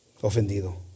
ofendido